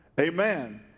Amen